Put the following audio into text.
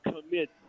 commit